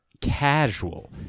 casual